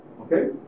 Okay